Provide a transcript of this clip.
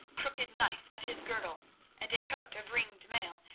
crooked knife at his girdle and a coat of ringed mail,